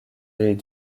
des